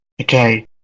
Okay